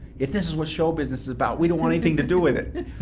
if this is what show business is about we don't want anything to do with it.